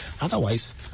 Otherwise